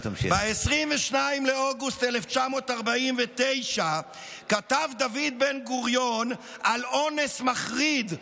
ב-22 באוגוסט 1949 כתב דוד בן-גוריון על אונס מחריד,